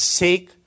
sake